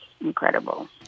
incredible